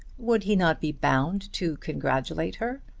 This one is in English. would he not be bound to congratulate her?